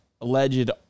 alleged